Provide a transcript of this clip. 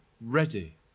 ready